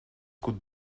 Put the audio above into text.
could